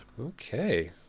Okay